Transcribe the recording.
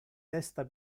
testa